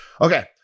Okay